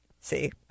See